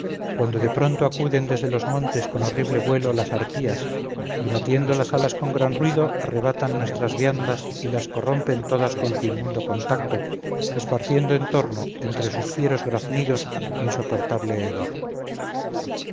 cuando de pronto acuden desde los montes con horrible vuelo las arpías y batiendo las alas con gran ruido arrebatan nuestras viandas y las corrompen todas con su inmundo contacto esparciendo en torno entre sus fieros graznidos insoportable hedor